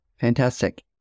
Fantastic